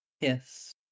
Yes